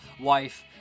wife